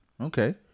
okay